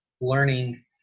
learning